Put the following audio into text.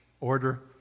order